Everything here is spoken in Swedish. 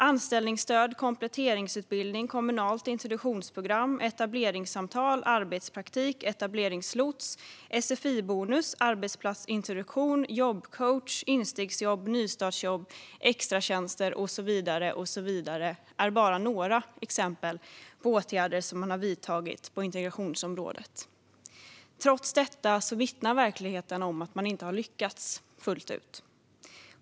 Anställningsstöd, kompletteringsutbildning, kommunalt introduktionsprogram, etableringssamtal, arbetspraktik, etableringslots, sfi-bonus, arbetsplatsintroduktion, jobbcoach, instegsjobb, nystartsjobb, extratjänster och så vidare är bara några exempel på åtgärder man har vidtagit på integrationsområdet. Trots detta vittnar verkligheten om att man inte har lyckats fullt ut.